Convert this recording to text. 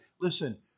listen